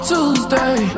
Tuesday